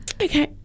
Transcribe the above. okay